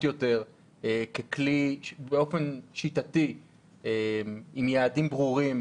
יותר ככלי באופן שיטתי עם יעדים ברורים,